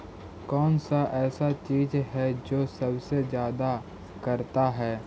कौन सा ऐसा चीज है जो सबसे ज्यादा करता है?